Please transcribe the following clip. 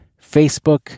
Facebook